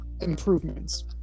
improvements